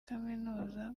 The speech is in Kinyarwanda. kaminuza